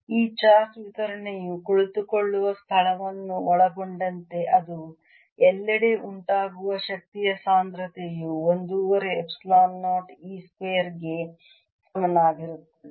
ಈ ಚಾರ್ಜ್ ವಿತರಣೆಯು ಕುಳಿತುಕೊಳ್ಳುವ ಸ್ಥಳವನ್ನು ಒಳಗೊಂಡಂತೆ ಅದು ಎಲ್ಲೆಡೆ ಉಂಟಾಗುವ ಶಕ್ತಿಯ ಸಾಂದ್ರತೆಯು ಒಂದೂವರೆ ಎಪ್ಸಿಲಾನ್ 0 E ಸ್ಕ್ವೇರ್ ಗೆ ಸಮಾನವಾಗಿರುತ್ತದೆ